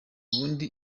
ubundi